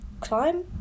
climb